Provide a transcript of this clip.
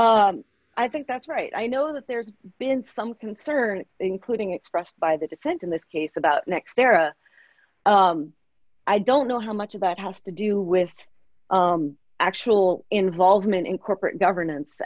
occur i think that's right i know that there's been some concern including expressed by the dissent in this case about next era i don't know how much of that has to do with actual involvement in corporate governance